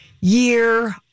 year